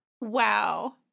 Wow